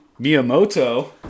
Miyamoto